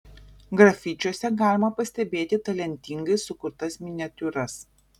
grafičiuose galima pastebėti talentingai sukurtas miniatiūras